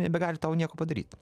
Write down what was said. nebegali tau nieko padaryt